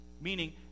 meaning